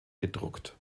gedruckt